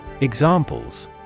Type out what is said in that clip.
Examples